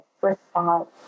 response